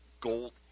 gold